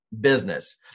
business